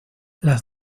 las